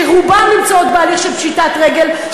שרובן נמצאות בהליך של פשיטת רגל,